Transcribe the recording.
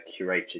curated